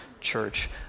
church